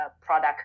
product